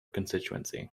constituency